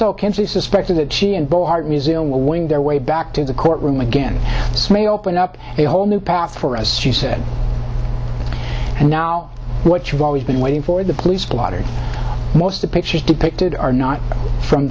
so suspected that she and boy art museum will win their way back to the courtroom again this may open up a whole new path for us she said and now what you've always been waiting for the police blotter most the pictures depicted are not from